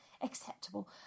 acceptable